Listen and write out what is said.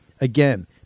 Again